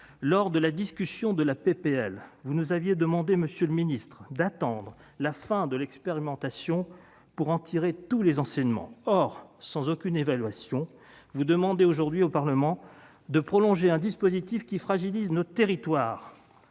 Lors de la discussion de la proposition de loi, vous nous avez demandé d'attendre la fin de l'expérimentation pour en tirer tous les enseignements. Or, sans aucune évaluation, vous demandez aujourd'hui au Parlement de prolonger un dispositif qui fragilise nos territoires.